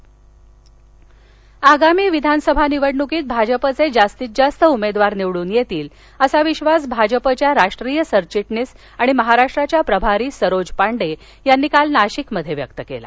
नाशिक आगामी विधानसभा निवडणुकीत भाजपचे जास्तीत जास्त उमेदवार निवडून येतील असा विश्वास भाजपच्या राष्ट्रीय सरचिटणीस आणि महाराष्ट्राच्या प्रभारी सरोज पांडे यांनी काल नाशिकमध्ये व्यक्त केला